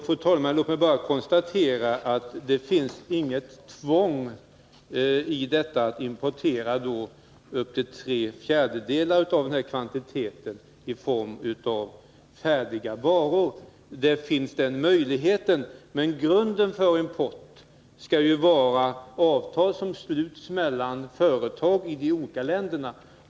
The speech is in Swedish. Fru talman! Låt mig bara konstatera att det inte finns något tvång att importera upp till tre fjärdedelar av kvantiteten i form av färdiga varor, men det finns den möjligheten. Grunden för import skall ju vara avtal som sluts mellan företag i de olika länderna.